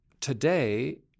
today